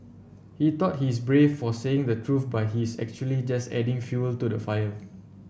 he thought he's brave for saying the truth but he's actually just adding fuel to the fire